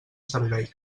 servei